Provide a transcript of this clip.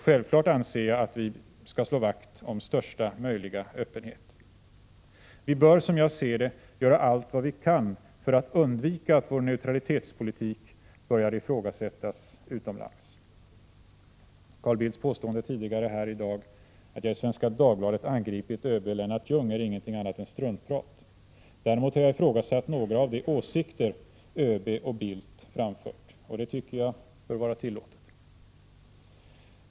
Självfallet anser jag att vi skall slå vakt om största möjliga öppenhet. Vi bör som jag ser det göra allt vad vi kan för att undvika att vår neutralitetspolitik börjar ifrågasättas utomlands. Carl Bildts påstående tidigare här i dag att jag i Svenska Dagbladet angripit ÖB Lennart Ljung är ingenting annat än struntprat. Däremot har jag ifrågasatt några av de åsikter ÖB och Bildt framfört. Det tycker jag bör vara tillåtet.